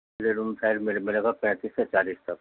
ملے گا پینتیس سے چالیس تک